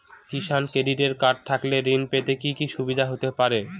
কিষান credit card থাকলে ঋণ পেতে কি কি সুবিধা হতে পারে?